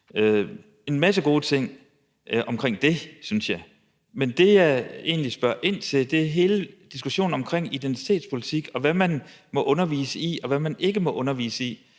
en masse gode ting omkring det. Men det, jeg egentlig spørger ind til, er hele diskussionen om identitetspolitik, hvad man må undervise i, og hvad man ikke må undervise i.